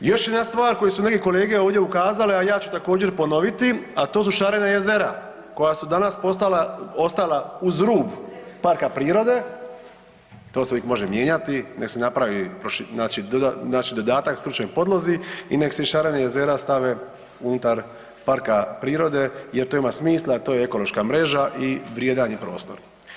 Još jedna stvar koju su neke kolege ovdje ukazali, a ja ću također ponoviti, a to su šarena jezera koja su danas ostala uz rub parka prirode, to se uvijek može mijenjati nek se napravi, znači dodatak stručnoj podlozi i nek se i šarena jezera stave unutar parka prirode jer to ima smisla, to je ekološka mreža i vrijedan je prostor.